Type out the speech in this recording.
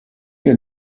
wir